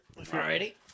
Alrighty